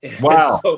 Wow